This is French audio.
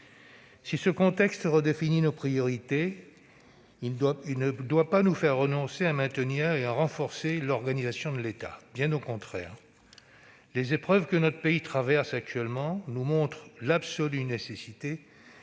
Si ce contexte redéfinit nos priorités, il ne doit pas nous faire renoncer à maintenir et à renforcer l'organisation de l'État, bien au contraire ! Les épreuves que notre pays traverse actuellement nous montrent l'absolue nécessité